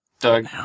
Doug